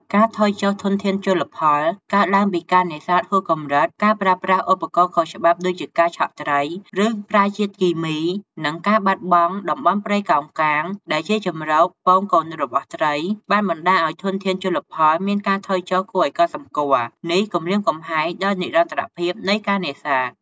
ការថយចុះធនធានជលផល កើតឡើងពីការនេសាទហួសកម្រិត ការប្រើប្រាស់ ឧបករណ៍ខុសច្បាប់ ដូចជាការឆក់ត្រី ឬប្រើជាតិគីមី និងការបាត់បង់ តំបន់ព្រៃកោងកាង ដែលជាជម្រកពងកូនរបស់ត្រី បានបណ្តាលឱ្យធនធានជលផលមានការថយចុះគួរឱ្យកត់សម្គាល់ នេះគំរាមកំហែងដល់និរន្តរភាពនៃការនេសាទ។